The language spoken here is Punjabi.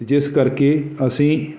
ਅਤੇ ਜਿਸ ਕਰਕੇ ਅਸੀਂ